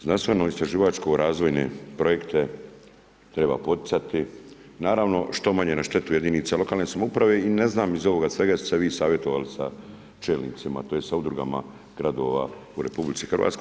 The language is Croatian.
Znanstveno istraživačko razvoje projekte treba poticati, naravno što manje na štetu jedinica lokalne samouprave i ne znam iz ovoga svega jeste se vi savjetovali sa čelnicima tj. sa udrugama gradova u RH.